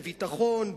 בביטחון,